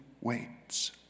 waits